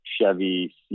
Chevy